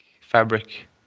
fabric